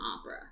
opera